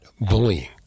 bullying